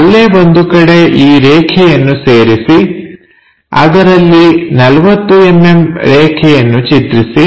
ಅಲ್ಲೇ ಒಂದು ಕಡೆ ಈ ರೇಖೆಯನ್ನು ಸೇರಿಸಿ ಅದರಲ್ಲಿ 40mm ರೇಖೆಯನ್ನು ಚಿತ್ರಿಸಿ